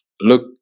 look